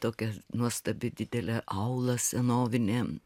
tokia nuostabi didelė aula senovinė